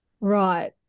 right